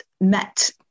met